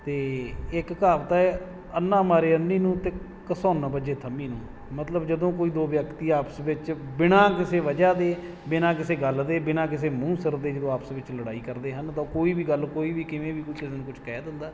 ਅਤੇ ਇੱਕ ਕਹਾਵਤ ਹੈ ਅੰਨ੍ਹਾ ਮਾਰੇ ਅੰਨ੍ਹੀ ਨੂੰ ਅਤੇ ਘਸੁੰਨ ਵੱਜੇ ਥੰਮ੍ਹੀ ਨੂੰ ਮਤਲਬ ਜਦੋਂ ਕੋਈ ਦੋ ਵਿਅਕਤੀ ਆਪਸ ਵਿੱਚ ਬਿਨਾ ਕਿਸੇ ਵਜ੍ਹਾ ਦੇ ਬਿਨਾ ਕਿਸੇ ਗੱਲ ਦੇ ਬਿਨਾ ਕਿਸੇ ਮੂੰਹ ਸਿਰ ਦੇ ਜਦੋਂ ਆਪਸ ਵਿੱਚ ਲੜਾਈ ਕਰਦੇ ਹਨ ਤਾਂ ਕੋਈ ਵੀ ਗੱਲ ਕੋਈ ਵੀ ਕਿਵੇਂ ਵੀ ਕੋਈ ਕਿਸੇ ਨੂੰ ਕੁਛ ਕਹਿ ਦਿੰਦਾ